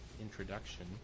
introduction